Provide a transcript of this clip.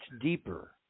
deeper